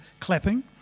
clapping